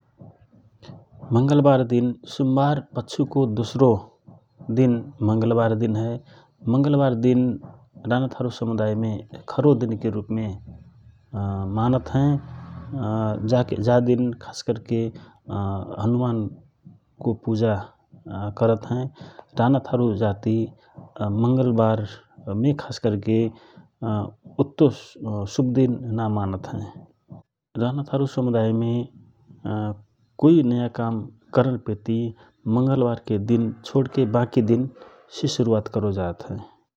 मंगलबार दिन सुम्मार पच्छुको दोस्रो दिन मंगलबार दिन हए । मंगलबार दिन रानाथारू समुदायमे खरो दिनके रूपमे मानत हए । जा दिन खास करके हनुमान को पुजा करत हए, रानाथारू जाति मंगलबारमे खास करके उत्तो शुभदिन ना मानत हए । रानाथारू समुदायमे कोइ नयाँ काम करन पेति मंगलबारके दिन छोडके बाँकि दिन से शुरूवात करो जात हए ।